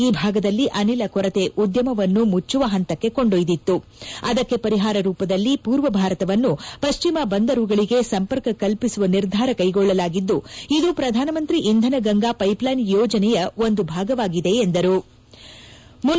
ಈ ಭಾಗದಲ್ಲಿ ಅನಿಲ ಕೊರತೆ ಉದ್ಯಮವನ್ನು ಮುಚ್ಚವ ಹಂತಕ್ಕೆ ಕೊಂಡೊಯ್ದಿತ್ತು ಅದಕ್ಕೆ ಪರಿಹಾರ ರೂಪದಲ್ಲಿ ಪೂರ್ವ ಭಾರತವನ್ನು ಪಶ್ಚಿಮ ಬಂದರುಗಳಿಗೆ ಸಂಪರ್ಕ ಕಲ್ವಿಸುವ ನಿರ್ಧಾರ ಕೈಗೊಳ್ಳಲಾಗಿದ್ದು ಇದು ಪ್ರಧಾನಮಂತ್ರಿ ಇಂಧನ ಗಂಗಾ ಪ್ಟೆಪ್ಲೈನ್ ಯೋಜನೆಯ ಒಂದು ಭಾಗವಾಗಿದೆ ಎಂದರು